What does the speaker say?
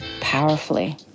powerfully